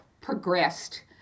progressed